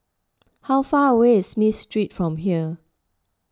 how far away is Smith Street from here